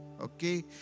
Okay